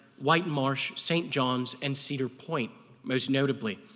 white marsh, st. johns and cedar point most notably.